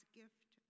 gift